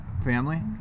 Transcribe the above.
family